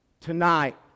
Tonight